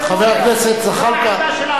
חבר הכנסת זחאלקה,